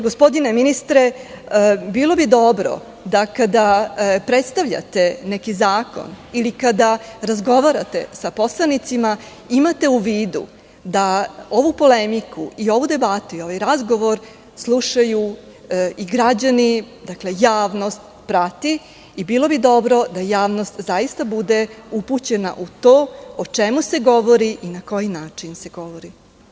Gospodine ministre, bilo bi dobro da, kada predstavljate neki zakon ili kada razgovarate sa poslanicima, imate u vidu da ovu polemiku i ovu debatu i ovaj razgovor slušaju i građani, javnost prati i bilo bi dobro da javnost zaista bude upućena u to o čemu se govori i na koji način se govori.